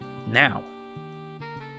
Now